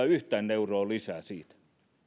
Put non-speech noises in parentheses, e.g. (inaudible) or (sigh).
(unintelligible) yhtään euroa lisää siitä